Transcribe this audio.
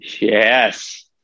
Yes